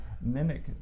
mimic